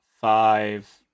five